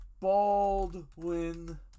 Baldwin